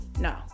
no